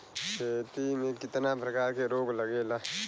खेती में कितना प्रकार के रोग लगेला?